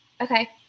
Okay